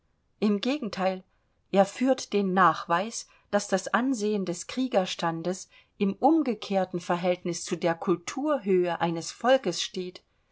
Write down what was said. im gegenteil er führt den nachweis daß das ansehen des kriegerstandes im umgekehrten verhältnis zu der kulturhöhe eines volkes steht